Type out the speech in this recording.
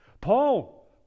Paul